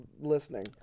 listening